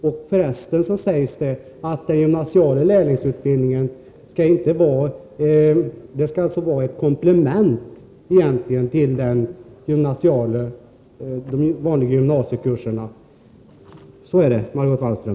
Och för resten sägs det att den gymnasiala lärlingsutbildningen egentligen skall vara ett komplement till de vanliga gymnasiekurserna. Så är det, Margot Wallström.